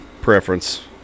preference